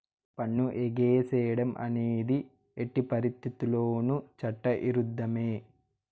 పన్ను ఎగేసేడం అనేది ఎట్టి పరిత్తితుల్లోనూ చట్ట ఇరుద్ధమే